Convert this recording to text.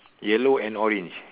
yellow and orange